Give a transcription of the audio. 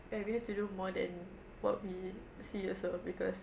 and we have to do more than what we see also because